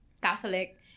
Catholic